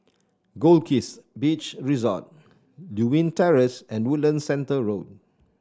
Goldkist Beach Resort Lewin Terrace and Woodlands Centre Road